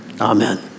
Amen